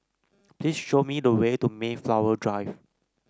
please show me the way to Mayflower Drive